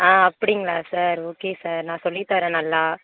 ஆ அப்படிங்களா sir okay sir நான் சொல்லித்தரேன் நல்லா